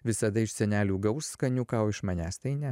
visada iš senelių gaus skaniuką o iš manęs tai ne